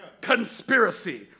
conspiracy